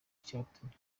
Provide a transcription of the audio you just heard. icyatumye